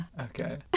Okay